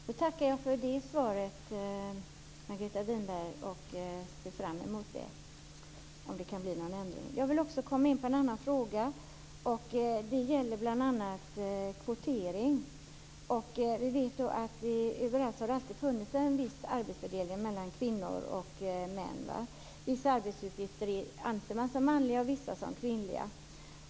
Herr talman! Jag tackar för svaret, Margareta Winberg, och ser fram emot att det kan bli någon ändring. Jag vill också komma in på en annan fråga som gäller bl.a. kvotering. Vi vet ju att det överallt har funnits en viss arbetsfördelning mellan kvinnor och män. Vissa arbetsuppgifter anser man som manliga och vissa som kvinnliga.